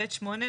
ב' (8).